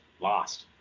lost